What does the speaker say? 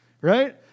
Right